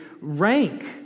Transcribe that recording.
rank